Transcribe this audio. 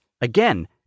again